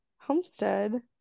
homestead